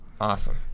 Awesome